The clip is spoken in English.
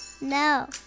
No